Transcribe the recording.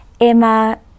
Emma